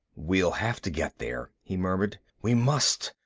we'll have to get there, he murmured. we must!